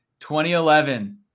2011